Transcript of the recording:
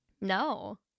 No